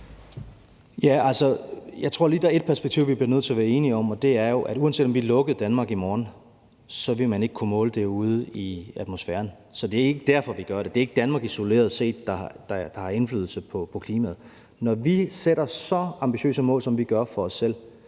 Altså, jeg tror lige, der er et perspektiv, vi bliver nødt til at være enige om, og det er jo, at selv om vi lukkede Danmark ned i morgen, ville man ikke kunne måle det ude i atmosfæren. Så det er ikke derfor, vi gør det. Det er ikke Danmark isoleret set, der har indflydelse på klimaet. Når vi sætter så ambitiøse mål, som vi gør, for os selv,